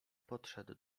podszedł